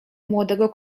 młodego